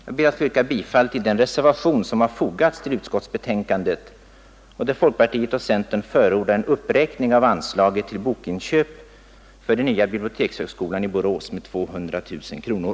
Jag ber att få yrka bifall till den reservation som har fogats till punkten 7 i utskottsbetänkandet och där folkpartiet och centerpartiet förordar en uppräkning av anslaget till bokinköp för den nya bibliotekshögskolan i Borås med 200 000 kronor.